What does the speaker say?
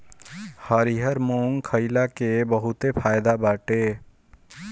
हरिहर मुंग खईला के बहुते फायदा बाटे